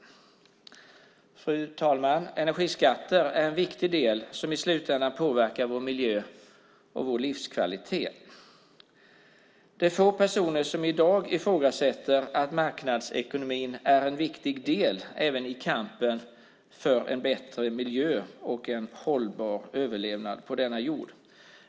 Fru talman! Energiskatterna är viktiga och i slutändan påverkar de vår miljö och vår livskvalitet. Det är få personer som i dag ifrågasätter att marknadsekonomin är en viktig del även i kampen för en bättre miljö och en hållbar överlevnad på denna jord.